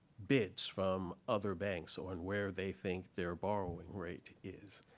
bids from other banks on where they think their borrowing rate is.